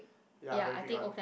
ya very big one